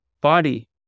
body